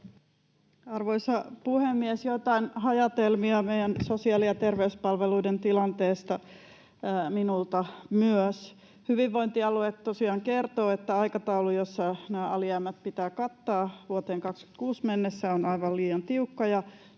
Arvoisa puhemies! Joitain hajatelmia meidän sosiaali- ja terveyspalveluiden tilanteesta minulta myös. Hyvinvointialueet tosiaan kertovat, että aikataulu, jossa nämä alijäämät pitää kattaa vuoteen 26 mennessä, on aivan liian tiukka